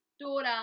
daughter